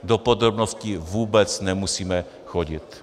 Do podrobností vůbec nemusíme chodit.